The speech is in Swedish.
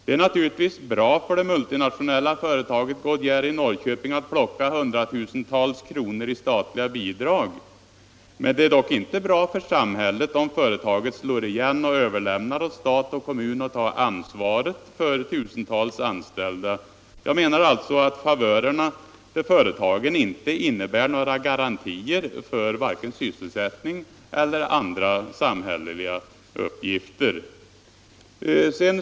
Det är naturligtvis bra för det multinationella företaget Goodyear i Norrköping att plocka in hundratusentals kronor i statliga bidrag. Men det är inte bra för samhället om företaget lägger ned sin verksamhet och överlämnar till stat och kommun att ta ansvaret för tusentals anställda. Jag menar alltså att favörerna för företagen inte innebär några garantier för vare sig sysselsättning eller andra samhälleliga uppgifter.